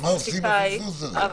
אז מה עושים עם הפספוס הזה?